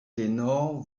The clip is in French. ténor